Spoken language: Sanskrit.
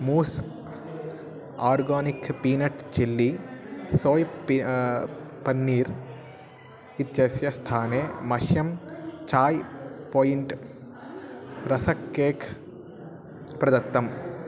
mousse organic peanut chilli soy pea paneer इत्यस्य स्थाने मह्यं चाय् पायिण्ट् रसक् केक् प्रदत्तम्